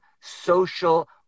social